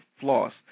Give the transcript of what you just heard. Floss